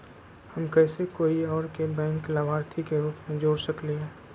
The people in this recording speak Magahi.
हम कैसे कोई और के बैंक लाभार्थी के रूप में जोर सकली ह?